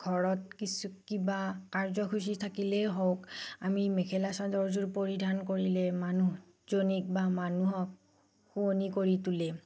ঘৰত কিছু কিবা কাৰ্যসূচী থাকিলে হওঁক আমি মেখেলা চাদৰযোৰ পৰিধান কৰিলে মানুহজনীক বা মানুহক শুৱনি কৰি তোলে